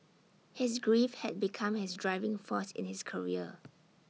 his grief had become his driving force in his career